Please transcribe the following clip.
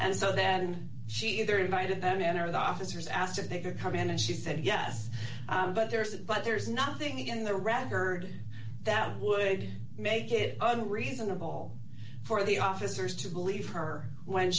and so then she either invited then enter the officers asked if they could come in and she said yes but there's that but there's nothing in the rat heard that would make it an reasonable for the officers to believe her when